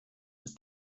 ist